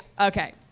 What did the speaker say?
Okay